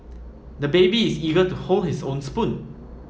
the baby is eager to hold his own spoon